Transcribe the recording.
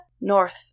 north